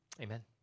Amen